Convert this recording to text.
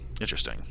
Interesting